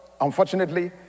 unfortunately